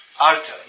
Arta